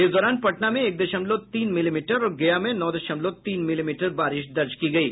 इस दौरान पटना में एक दशमलव तीन मिलीमीटर और गया में नौ दशमलव तीन मिलीमीटर बारिश दर्ज की गयी